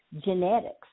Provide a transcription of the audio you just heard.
genetics